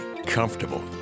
Comfortable